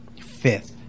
Fifth